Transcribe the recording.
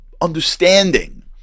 understanding